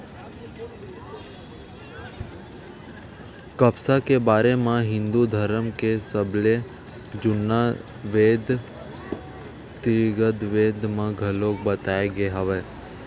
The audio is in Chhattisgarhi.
कपसा के बारे म हिंदू धरम के सबले जुन्ना बेद ऋगबेद म घलोक बताए गे हवय